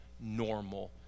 normal